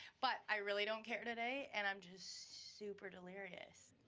but i really don't care today, and i'm just super delirious.